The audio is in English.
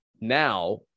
Now